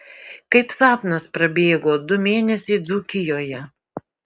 kaip sapnas prabėgo du mėnesiai dzūkijoje